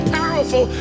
powerful